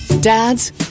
Dad's